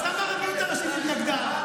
אז למה הרבנות הראשית התנגדה?